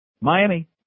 Miami